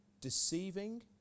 deceiving